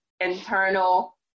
internal